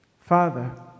Father